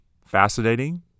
Fascinating